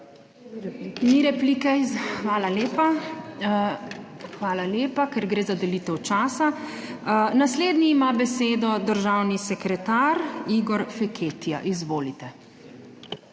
Ni replike. Hvala lepa, ker gre za delitev časa. Naslednji ima besedo državni sekretar Igor Feketija. Izvolite.